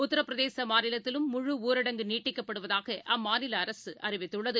உத்தரப் பிரதேசமாநிலத்திலும் முழு ஊரடங்கு நீட்டிக்கப்படுவதாகஅம்மாநிலஅரசுஅறிவித்துள்ளது